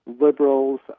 liberals